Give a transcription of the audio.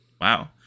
Wow